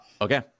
Okay